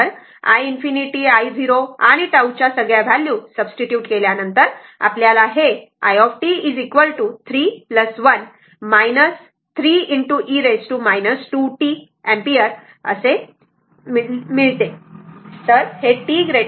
तर i ∞ i0 आणि τ च्या सगळ्या व्हॅल्यू सब्स्टिटूट केल्यानंतर आपल्याला ते i t 3 1 3 e 2t मिळेल किंवा फक्त 3 2 ✕ e 2t एम्पिअर असे लिहा बरोबर